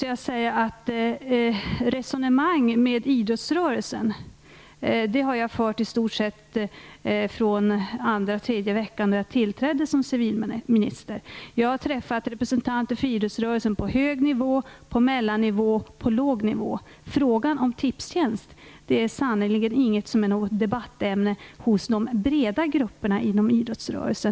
Jag har fört resonemang med idrottsrörelsen i stort sett från andra eller tredje veckan efter det att jag tillträdde som civilminister. Jag har träffat representanter för idrottsrörelsen på hög nivå, på mellannivå och på låg nivå. Frågan om Tipstjänst är sannerligen inte något debattämne hos de breda grupperna inom idrottsrörelsen.